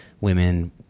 women